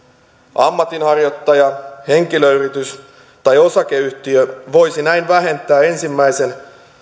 ammatinharjoittaja henkilöyritys tai osakeyhtiö voisi näin vähentää ensimmäisen